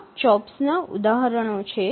આ જોબ્સ ના ઉદાહરણો છે